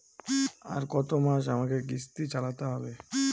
আর কতমাস আমাকে কিস্তি চালাতে হবে?